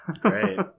Great